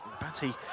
Batty